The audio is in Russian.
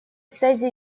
связи